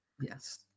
Yes